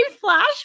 flash